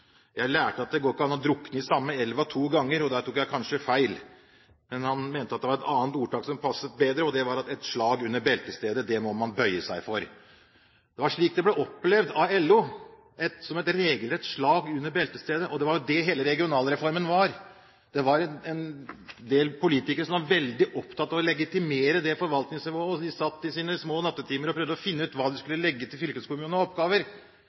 Jeg lærte at det går ikke an å drukne i den samme elva to ganger, men der tok jeg kanskje feil. Han mente at det var et annet ordtak som passet bedre, og det var at et slag under beltestedet må man bøye seg for. Det var slik det ble opplevd av LO: som et regelrett slag under beltestedet. Og det var jo det hele regionalreformen var. Det var en del politikere som var veldig opptatt av å legitimere det forvaltningsnivået. De satt i de små nattetimer og prøvde å finne ut hva de skulle legge til fylkeskommunen av oppgaver,